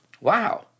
Wow